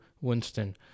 Winston